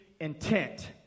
intent